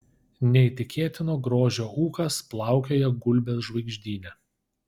neįtikėtino grožio ūkas plaukioja gulbės žvaigždyne